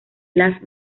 las